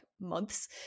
months